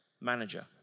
manager